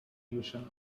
illusion